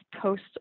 post